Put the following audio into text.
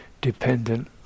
dependent